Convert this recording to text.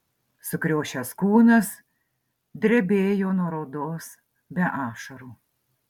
sukriošęs kūnas drebėjo nuo raudos be ašarų